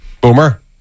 Boomer